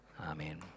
Amen